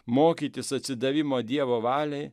mokytis atsidavimo dievo valiai